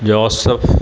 joseph